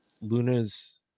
Luna's